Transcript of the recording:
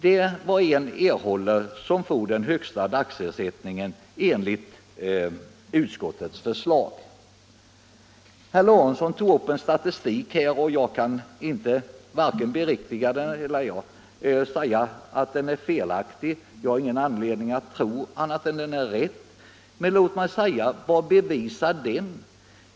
motsvarar ganska nära den högsta dagsersättningen enligt utskottets förslag. Herr Lorentzon tog upp viss statistik. Jag kan varken bekräfta den eller säga att den är felaktig. Jag har ingen anledning att tro annat än att den är riktig — men vad bevisar den?